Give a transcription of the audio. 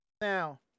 Now